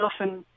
often